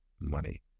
money